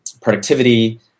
productivity